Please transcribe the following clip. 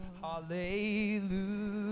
Hallelujah